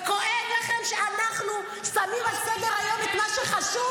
וכואב לכם שאנחנו שמים על סדר-היום את מה שחשוב.